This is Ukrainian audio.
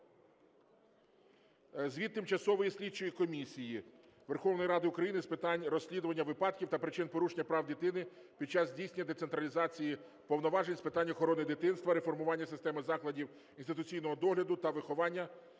звіт Тимчасової слідчої комісії Верховної Ради України з питань розслідування випадків та причин порушення прав дитини під час здійснення децентралізації повноважень з питань охорони дитинства, реформування системи закладів інституційного догляду та виховання,